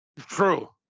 True